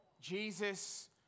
Jesus